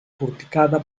porticada